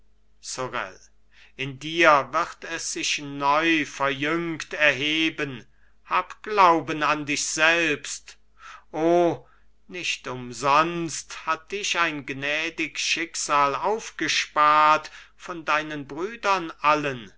sorel in dir wird es sich neuverjüngt erheben hab glauben an dich selbst o nicht umsonst hat dich ein gnädig schicksal aufgespart von deinen brüdern allen